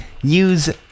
Use